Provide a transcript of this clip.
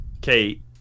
kate